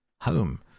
Home